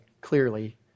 clearly